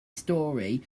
story